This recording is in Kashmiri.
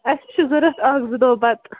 اَسہِ چھِ ضروٗرت اَکھ زٕ دۄہ بتہٕ